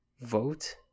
vote